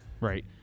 right